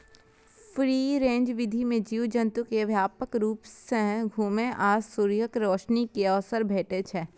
free range विधि मे जीव जंतु कें व्यापक रूप सं घुमै आ सूर्यक रोशनी के अवसर भेटै छै